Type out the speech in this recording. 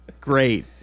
Great